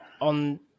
on